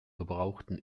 gebrauchten